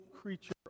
creature